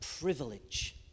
privilege